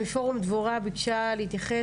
מפורום דבורה ביקשה להתייחס,